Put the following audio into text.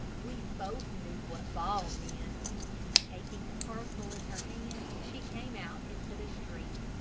we both knew what ball meant. taking the parcel in her hand, she came out into the street.